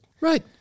Right